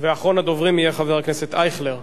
ואחרון הדוברים יהיה חבר הכנסת אייכלר,